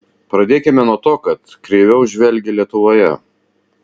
pradėkime nuo to kad kreiviau žvelgia lietuvoje